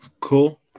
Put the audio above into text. Cool